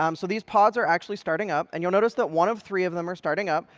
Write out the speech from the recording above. um so these pods are actually starting up. and you'll notice that one of three of them are starting up.